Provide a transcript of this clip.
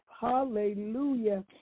hallelujah